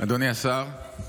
אדוני השר,